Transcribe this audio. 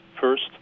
first